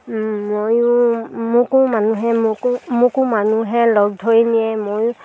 ময়ো মোকো মানুহে মোকো মোকো মানুহে লগ ধৰি নিয়ে ময়ো